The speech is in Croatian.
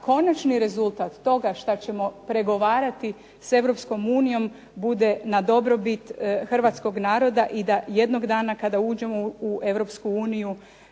konačni rezultat toga što ćemo pregovarati s Europskom unijom bude na dobrobit hrvatskog naroda i da jednog dana kada uđemo u